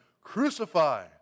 Crucify